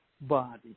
body